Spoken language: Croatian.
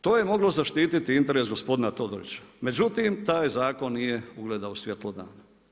To je moglo zaštiti interes gospodina Todorića, međutim taj zakon nije ugledao svjetlo dana.